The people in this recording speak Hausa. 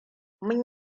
mun